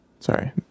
Sorry